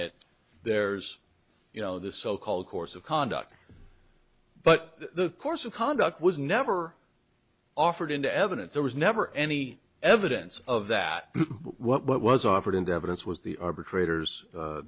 it there's you know this so called course of conduct but the course of conduct was never offered into evidence there was never any evidence of that what was offered into evidence was the arbitrator's